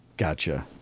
Gotcha